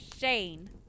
Shane